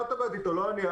לא אני,